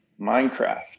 minecraft